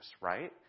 right